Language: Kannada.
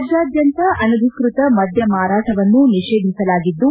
ರಾಜ್ಯಾದ್ಯಂತ ಅನಧಿಕೃತ ಮದ್ಯ ಮಾರಾಟವನ್ನು ನಿಷೇಧಿಸಲಾಗಿದ್ದು